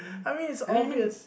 I mean is obvious